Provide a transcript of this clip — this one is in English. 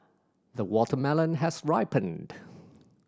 the watermelon has ripened